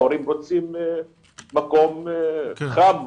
ההורים רוצים מקום חם,